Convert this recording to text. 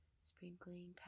sprinkling